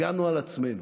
הגנו על עצמנו.